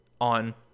on